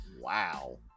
Wow